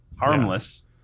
harmless